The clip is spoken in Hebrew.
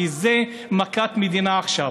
כי זה מכת מדינה עכשיו.